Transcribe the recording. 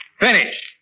Finish